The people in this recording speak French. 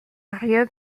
arrière